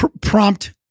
prompt